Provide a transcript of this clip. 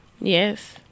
Yes